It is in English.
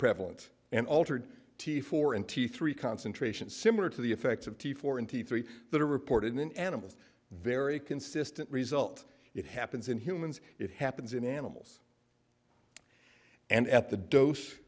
prevalent and altered t four and t three concentrations similar to the effects of t four in t three that are reported in animals very consistent result it happens in humans it happens in animals and at the dos